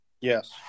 Yes